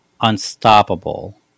unstoppable